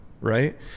right